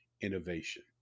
innovation